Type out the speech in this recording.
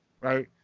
Right